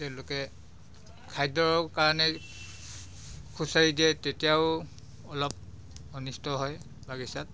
তেওঁলোকে খাদ্যৰ কাৰণে খুচৰি দিয়ে তেতিয়াও অলপ অনিষ্ট হয় বাগিচাত